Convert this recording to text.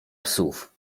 psów